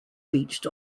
reached